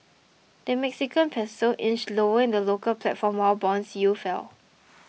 the Mexican Peso inched lower in the local platform while bond yields fell